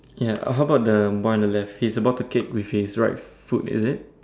ya how about the boy on the left he is about to kick with his right foot is it